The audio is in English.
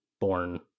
born